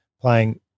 playing